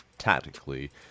Tactically